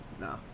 No